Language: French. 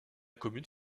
commune